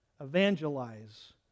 evangelize